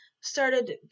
started